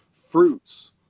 fruits